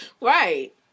right